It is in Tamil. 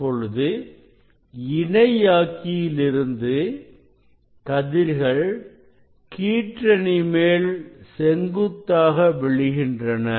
இப்பொழுது இணையாக்கியிலிருந்து கதிர்கள் கீற்றணி மேல் செங்குத்தாக விழுகின்றன